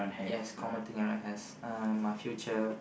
yes common thing everyone has uh my future